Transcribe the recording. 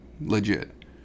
Legit